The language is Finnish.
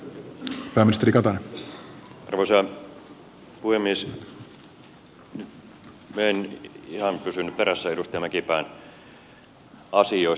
nyt minä en ihan pysynyt perässä edustaja mäkipään asioista